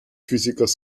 physikers